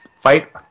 fight